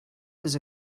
his